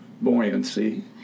buoyancy